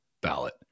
ballot